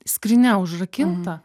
skrynia užrakinta